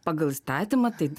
pagal įstatymą taip